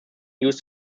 used